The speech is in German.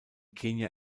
kenia